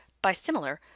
by similar,